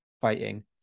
fighting